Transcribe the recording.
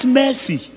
mercy